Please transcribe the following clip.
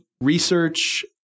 research